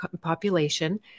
population